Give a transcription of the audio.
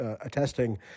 attesting